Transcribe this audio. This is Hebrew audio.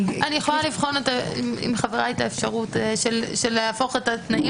אני יכולה לבחון עם חבריי את האפשרות להפוך את התנאים